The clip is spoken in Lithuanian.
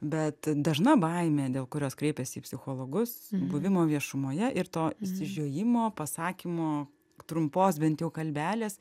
bet dažna baimė dėl kurios kreipiasi į psichologus buvimo viešumoje ir to išsižiojimo pasakymo trumpos bent jau kalbelės